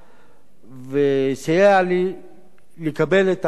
וסייע לי לקבל את ההחלטה הקשה